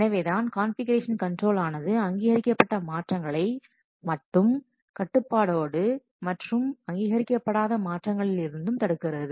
எனவேதான் configuration control ஆனது அங்கீகரிக்கப்பட்ட மாற்றங்களை மட்டும் கட்டுப்பாடோடு மற்றும் அங்கீகரிக்கப்படாத மாற்றங்களில் இருந்தும் தடுக்கிறது